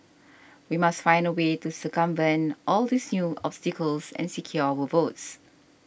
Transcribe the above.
we must find a way to circumvent all these new obstacles and secure our votes